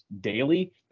daily